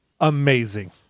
amazing